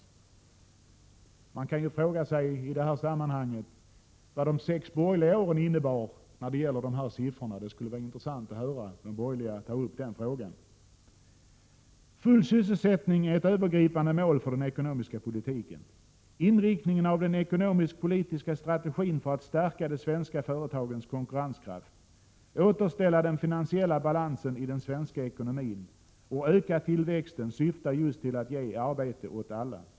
Man kan i detta sammanhang fråga sig vad de sex borgerliga åren innebar när det gäller de här siffrorna. Det skulle vara intressant att få höra de borgerliga ta upp den frågan. Full sysselsättning är ett övergripande mål för den ekonomiska politiken. Inriktningen av den ekonomisk-politiska strategin för att stärka de svenska företagens konkurrenskraft, återställa den finansiella balansen i den svenska ekonomin och öka tillväxten syftar just till att ge arbete åt alla.